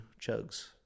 chugs